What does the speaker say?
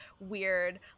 weird